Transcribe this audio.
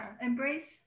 Embrace